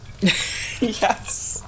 Yes